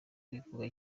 bivuga